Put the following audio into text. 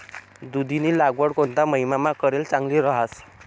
दुधीनी लागवड कोणता महिनामा करेल चांगली रहास